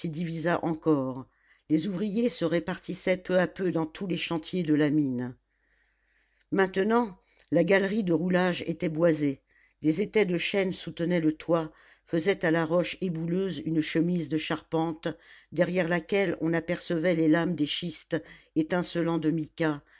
divisa encore les ouvriers se répartissaient peu à peu dans tous les chantiers de la mine maintenant la galerie de roulage était boisée des étais de chêne soutenaient le toit faisaient à la roche ébouleuse une chemise de charpente derrière laquelle on apercevait les lames des schistes étincelants de mica